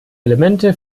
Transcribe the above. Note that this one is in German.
elemente